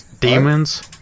demons